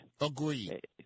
Agreed